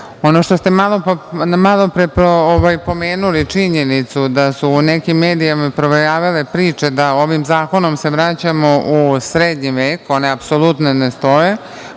što ste malopre pomenuli, činjenicu da su u nekim medijima provejavale priče da se ovim zakonom vraćamo u Srednji vek, one apsolutno ne stoje.